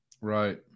Right